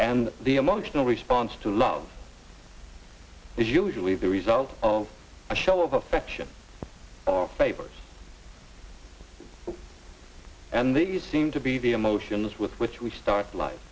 and the emotional response to love is usually the result of a show of affection or favor and these seem to be the emotions with which we start life